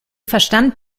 verstand